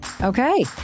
Okay